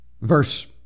Verse